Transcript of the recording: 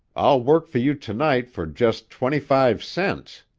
i'll work for you to-night for just twenty-five cents.